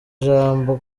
ijambo